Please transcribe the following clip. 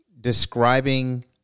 describing